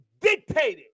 dictated